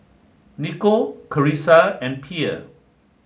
Niko Carissa and Pierre